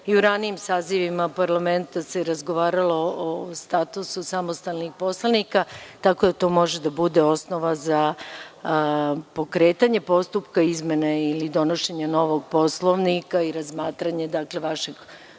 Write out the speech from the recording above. I u ranijim sazivima parlamenta se razgovaralo o statusu samostalnih poslanika, tako da to može da bude osnova za pokretanje postupka izmene ili donošenje novog Poslovnika i razmatranje vašeg položaja